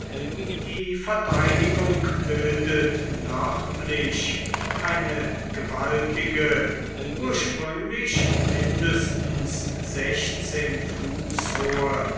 die verteidigung bildet nördlich eine gewaltige ursprünglich mindestens sechs fuß hohe